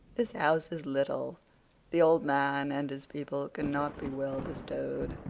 this house is little the old man and his people cannot be well bestow'd.